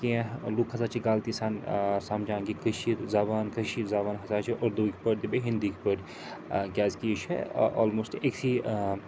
کیٚنٛہہ لُکھ ہَسا چھِ غلطی سان سَمجھان کہِ کٔشیٖر زبان کٔشیٖر زبان ہَسا چھِ اُردوٕکۍ پٲٹھۍ تہٕ بیٚیہِ ہِنٛدیکۍ پٲٹھۍ کیٛازِکہِ یہِ چھےٚ آلموسٹ أکۍسٕے